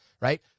right